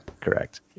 correct